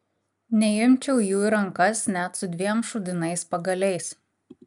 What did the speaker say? neimčiau jų į rankas net su dviem šūdinais pagaliais